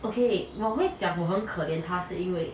okay 我会讲我很可怜他是因为